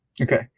Okay